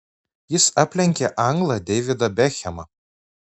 jis aplenkė anglą deividą bekhemą